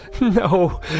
No